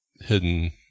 hidden